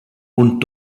und